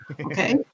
okay